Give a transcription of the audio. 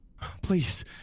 Please